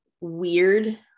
weird